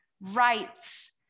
rights